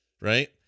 Right